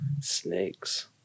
snakes